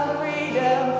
freedom